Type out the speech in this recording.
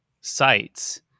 sites